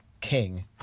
king